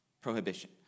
prohibition